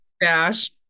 dash